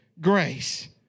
grace